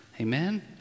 Amen